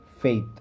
Faith